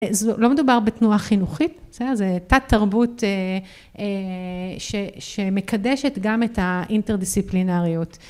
לא מדובר בתנועה חינוכית, בסדר, זה תת תרבות שמקדשת גם את האינטרדיסציפלינריות